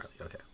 Okay